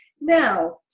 Now